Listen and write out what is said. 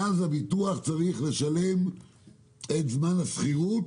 ואז הביטוח צריך לשלם את זמן השכירות